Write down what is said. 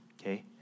okay